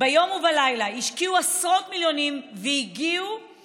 ביום ובלילה, השקיעו עשרות מיליונים והגיעו